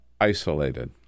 Isolated